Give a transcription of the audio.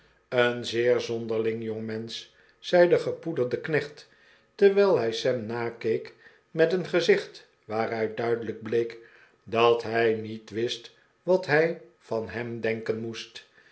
een zeer zonderling jongmensch zei de gepoederde knecht terwijl hij sam nakeek met een gezicht waaruit duidelijk bleek dat hij niet wist wat hij van hem denken mpest